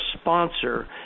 sponsor